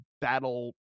battle